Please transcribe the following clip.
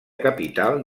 capital